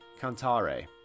Cantare